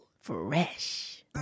Fresh